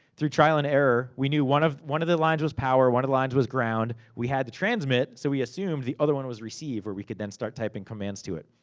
through trial and error, we knew one of one of lines was power, one of the lines was ground. we had the transmit, so we assumed the other one was receive, where we could then start typing commands to it.